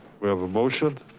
we have a motion.